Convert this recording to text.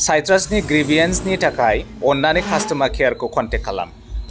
साइट्रासनि ग्रिभियेन्सनि थाखाय अन्नानै कास्ट'मार केयारखौ कन्टेक्ट खालाम